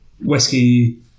whiskey